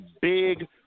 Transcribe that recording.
big